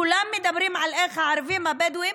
כולם מדברים על איך הערבים הבדואים